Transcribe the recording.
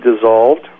dissolved